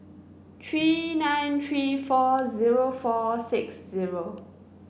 three nine three four zero four six zero